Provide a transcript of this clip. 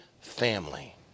family